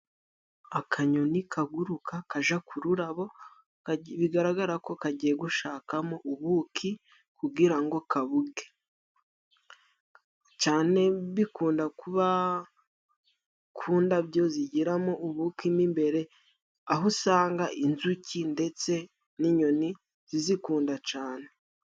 Akanyoni kaguruka kaja ku rurabo ,bigaragara ko kagiye gushakamo ubuki kugira ngo kaburye cane bikunda kuba ku ndabyo zigiramo ubuki mo imbere, aho usanga inzuki ndetse n'inyoni zizikunda cane.